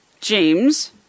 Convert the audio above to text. James